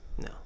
No